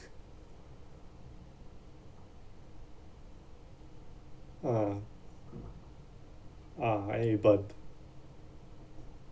ah ah and then you bugged